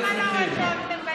למה לא, בנבחרת?